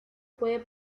puede